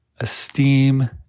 esteem